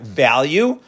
value